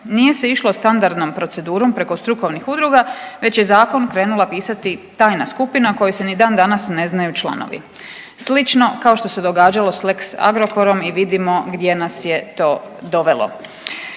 Nije se išlo standardnom procedurom preko strukovnih udruga već je zakon krenula pisati tajna skupina kojoj se ni dan danas ne znaju članovi. Slično kao što se događalo s lex Agrokorom i vidimo gdje nas je to dovelo.